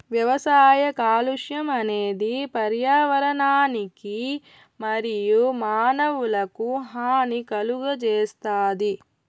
వ్యవసాయ కాలుష్యం అనేది పర్యావరణానికి మరియు మానవులకు హాని కలుగజేస్తాది